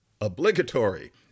obligatory